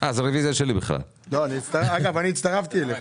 אזולאי הצטרף אליה.